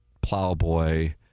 Plowboy